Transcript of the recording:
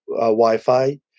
Wi-Fi